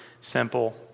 simple